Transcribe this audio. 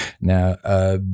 Now